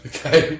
Okay